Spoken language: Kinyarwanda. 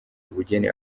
ubugeni